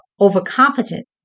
overconfident